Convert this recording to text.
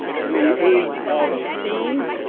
in the age of steam,